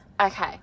Okay